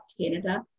Canada